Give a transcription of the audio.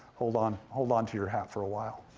hold on hold on to your hat for awhile.